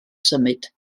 symud